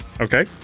okay